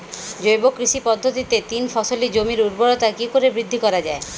জৈব কৃষি পদ্ধতিতে তিন ফসলী জমির ঊর্বরতা কি করে বৃদ্ধি করা য়ায়?